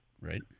Right